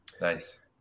Nice